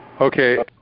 okay